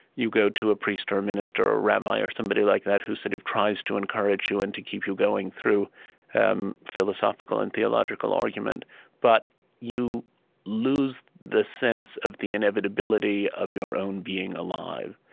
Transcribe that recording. you go to a priest or a minister or a rabbi or somebody like that, who sort of tries to encourage you and to keep you going through um philosophical and theological argument but you lose the sense of the inevitability of your own being alive.